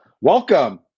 welcome